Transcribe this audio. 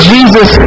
Jesus